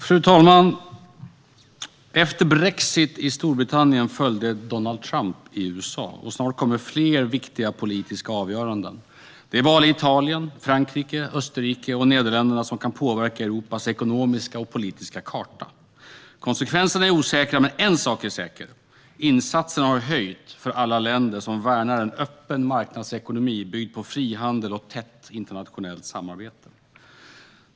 Fru talman! Efter brexit i Storbritannien följde Donald Trump i USA, och snart kommer fler viktiga politiska avgöranden. Det är val i Italien, Frankrike, Österrike och Nederländerna som kan påverka Europas ekonomiska och politiska karta. Konsekvenserna är osäkra, men en sak är säker: Insatsen har höjts för alla länder som värnar en öppen marknadsekonomi byggd på frihandel och tätt internationellt samarbete.